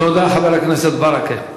תודה, חבר הכנסת ברכה.